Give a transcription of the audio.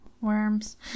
worms